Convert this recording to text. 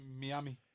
Miami